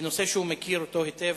בנושא שהוא מכיר אותו היטב,